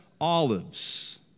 olives